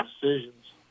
decisions